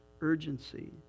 Urgency